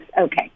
okay